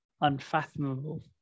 unfathomable